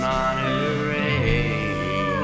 Monterey